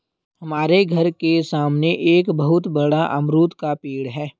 हमारे घर के सामने एक बहुत बड़ा अमरूद का पेड़ है